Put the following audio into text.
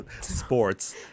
sports